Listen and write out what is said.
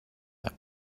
that